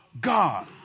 God